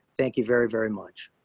thank you very, very much.